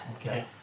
Okay